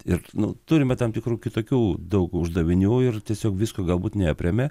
ir nu turime tam tikrų kitokių daug uždavinių ir tiesiog visko galbūt neaprėme